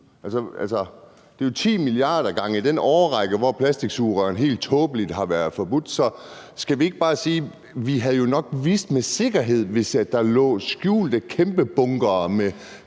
Det er jo 10 milliarder gange den årrække, hvor plastiksugerørene, helt tåbeligt, har været forbudt. Så skal vi ikke bare sige, at vi jo nok med sikkerhed havde vidst det, hvis der lå skjulte kæmpebunkere med